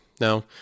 Now